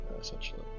essentially